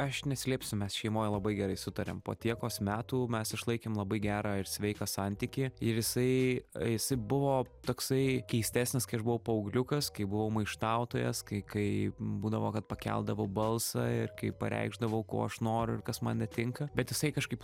aš neslėpsiu mes šeimoj labai gerai sutariam po tiekos metų mes išlaikėm labai gerą ir sveiką santykį ir jisai jis buvo toksai keistesnis kai aš buvau paaugliukas kai buvau maištautojas kai kai būdavo kad pakeldavau balsą ir kai pareikšdavau ko aš noriu ir kas man netinka bet jisai kažkaip